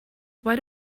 why